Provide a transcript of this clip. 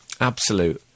Absolute